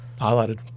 Highlighted